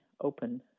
open